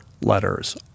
letters